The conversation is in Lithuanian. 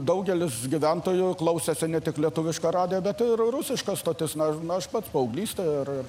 daugelis gyventojų klausėsi ne tik lietuvišką radiją bet ir rusiškas stotis na aš pats paauglystėj ir